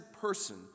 person